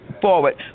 forward